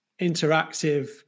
interactive